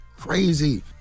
Crazy